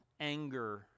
anger